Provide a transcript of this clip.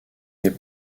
n’est